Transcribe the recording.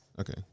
okay